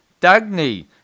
Dagny